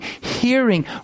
hearing